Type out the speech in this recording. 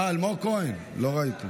אה, אלמוג כהן, לא ראיתי.